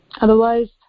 Otherwise